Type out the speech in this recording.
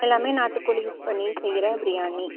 எல்லாமே நாட்டுக்கோழி யூஸ் பண்ணி செய்யற பிரியாணி